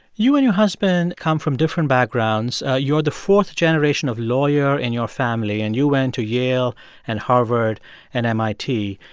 you and your husband come from different backgrounds. you're the fourth generation of lawyer in your family, and you went to yale and harvard and mit.